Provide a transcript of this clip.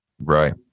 right